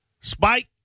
Spike